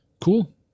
cool